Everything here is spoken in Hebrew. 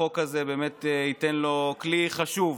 החוק הזה באמת ייתן לו כלי חשוב